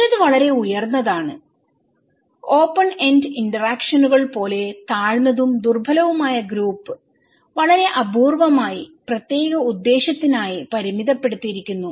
ചിലത് വളരെ ഉയർന്നതാണ് ഓപ്പൺ എൻഡ് ഇന്ററാക്ഷനുകൾ പോലെ താഴ്ന്നതും ദുർബലവുമായ ഗ്രൂപ്പ് വളരെ അപൂർവ്വമായി പ്രത്യേക ഉദ്ദേശത്തിനായി പരിമിതപ്പെടുത്തിയിരിക്കുന്നു